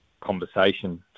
conversation